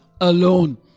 alone